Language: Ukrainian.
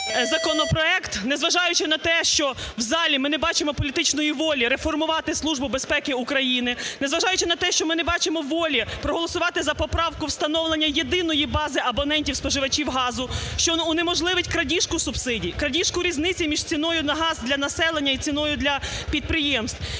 законопроект, незважаючи на те, що в залі ми не бачимо політичної волі реформувати Службу безпеки України, незважаючи на те, що ми не бачимо волі проголосувати за поправку встановлення єдиної бази абонентів споживачів газу, що унеможливить крадіжку субсидій, крадіжку різниці між ціною на газ для населення і ціною для підприємств,